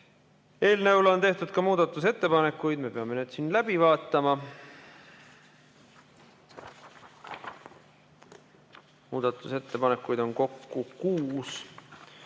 Eelnõu kohta on tehtud ka muudatusettepanekuid, me peame need läbi vaatama. Muudatusettepanekuid on kokku kuus.